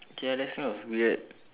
K ah that's kind of weird